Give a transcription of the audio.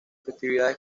festividades